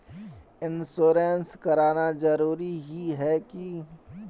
Insurance कराना जरूरी ही है की?